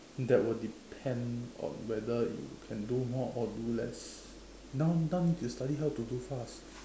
that would depend on whether you can do more or do less now now need to study how to do fast